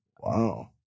Wow